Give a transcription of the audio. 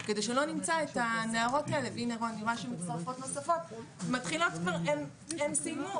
כדי שלא נמצא את הנערות האלה מתחילות מאמצע חטיבת הביניים.